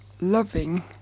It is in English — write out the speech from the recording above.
loving